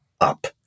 up